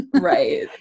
Right